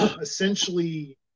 essentially